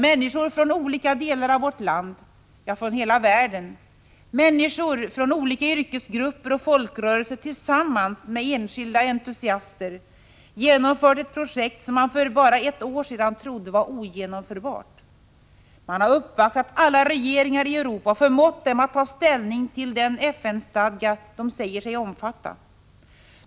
Människor från olika delar av vårt land, ja, från hela världen, människor från olika yrkesgrupper och folkrörelser har tillsammans med enskilda entusiaster genomfört ett projekt som man för bara ett år sedan trodde var ogenomförbart. Man har uppvaktat alla regeringar i Europa och förmått dem att ta ställning till den FN-stadga de säger sig omfatta.